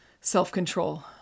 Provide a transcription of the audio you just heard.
Self-control